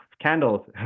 candles